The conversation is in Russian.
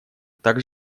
так